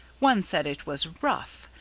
one said it was rough,